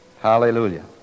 Hallelujah